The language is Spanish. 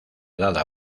dada